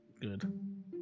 good